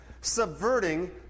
subverting